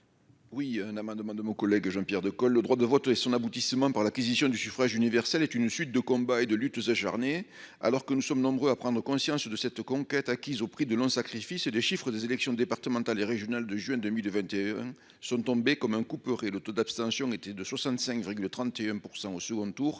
Oui, un amendement de mon collègue Jean-Pierre de colle le droit de vote et son aboutissement par l'acquisition du suffrage universel est une suite de combats et de lutte acharnée, alors que nous sommes nombreux à prendre conscience de cette conquête acquise au prix de longs sacrifice et de chiffres des élections départementales et régionales de juin 2021 sont tombés comme un couperet : le taux d'abstention était de 65 le 31 % au second tour